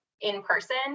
in-person